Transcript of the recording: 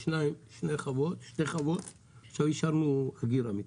יש שתי חוות ועכשיו אישרנו הגירה.